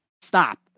stop